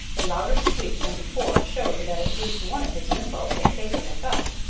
a louder squeak than before showed that at least one of his missiles had taken effect,